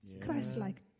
Christ-like